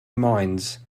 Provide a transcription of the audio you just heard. mines